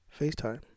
FaceTime